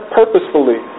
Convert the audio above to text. purposefully